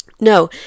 No